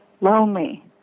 lonely